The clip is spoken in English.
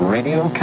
Radio